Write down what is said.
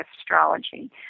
astrology